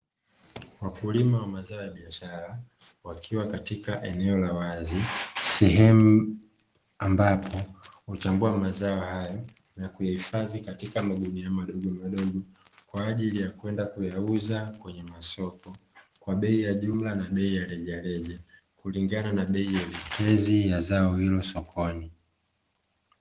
Wakulima wa mazao ya biashara wakiwa katika eneo la wazi, sehemu ambapo huchambua mazao hayo na kuyaifadhi katika magunia madogomadogo kwa ajili ya kwenda kuyauza kwenye masoko kwa bei ya jumla na bei ya reja reja, kulingana na bei elekezi ya zao hilo sokoni.